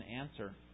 answer